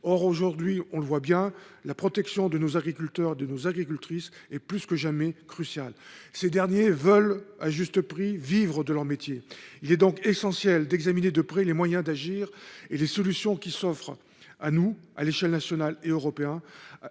Aujourd’hui, on le voit bien, la protection de nos agricultrices et de nos agriculteurs est plus que jamais cruciale. Ces derniers veulent, à juste titre, vivre de leur métier ! Il est donc essentiel d’examiner de près les moyens d’agir et les solutions qui s’offrent à nous, à l’échelle nationale et européenne,